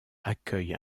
accueille